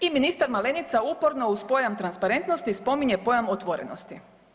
I ministar Malenica uporno uz pojam transparentnosti spominje pojam otvorenosti.